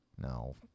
No